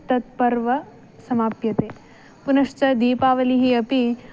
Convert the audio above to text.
तत् पर्व समाप्यते पुनश्च दीपावलिः अपि